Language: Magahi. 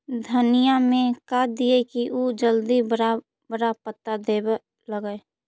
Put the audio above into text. धनिया में का दियै कि उ जल्दी बड़ा बड़ा पता देवे लगै?